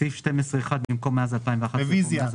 רביזיה.